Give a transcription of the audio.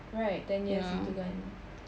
right ten year gitu kan